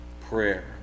prayer